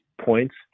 points